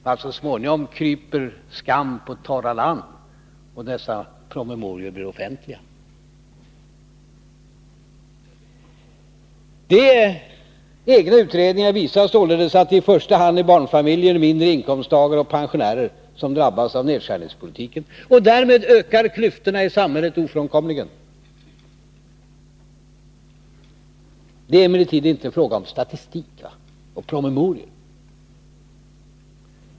Men så småningom går skam på torra land, då dessa promemorior blir offentliga. De egna utredningarna visar således att det i första hand är barnfamiljer, låginkomsttagare och pensionärer som drabbas av nedskärningspolitiken. Därmed ökar ofrånkomligen klyftorna i samhället. Det här är emellertid inte en fråga om statistik eller promemorior.